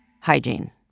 hygiene